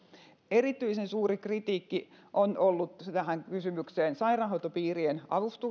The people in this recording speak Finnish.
erityisen suuri kritiikki on ollut tähän kysymykseen sairaanhoitopiirien